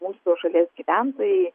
mūsų šalies gyventojai